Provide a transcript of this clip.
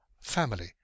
family